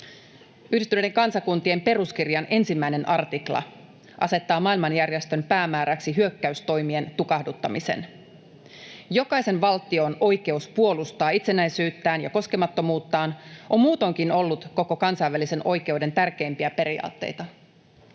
Yhdistyneiden kansakuntien peruskirjan 1 artikla asettaa maailmanjärjestön päämääräksi hyökkäystoimien tukahduttamisen. Jokaisen valtion oikeus puolustaa itsenäisyyttään ja koskemattomuuttaan on muutoinkin ollut koko kansainvälisen oikeuden tärkeimpiä periaatteita.